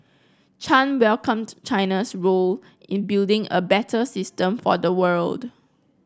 Chan welcomed China's role in building a better system for the world